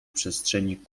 przestrzeni